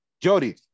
Jody